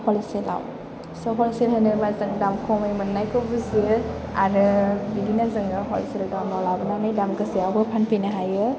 हलसेलाव स' हलसेल होनोबा जों दाम खमै मोन्नायखौ बुजियो आरो बिदिनो जोङो हलसेल दामाव लाबोनानै दाम गोसायावबो फानफैनो हायो